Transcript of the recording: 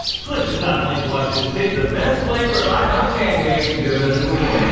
click the top link to watch us pick the best flavor of ihop pancakes in good mythical